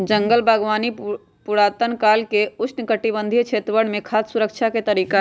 जंगल बागवानी पुरातन काल से उष्णकटिबंधीय क्षेत्रवन में खाद्य सुरक्षा के तरीका हई